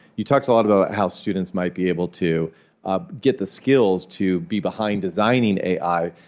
you talked a lot about how students might be able to get the skills to be behind designing ai.